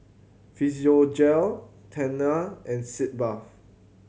Physiogel Tena and Sitz Bath